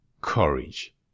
courage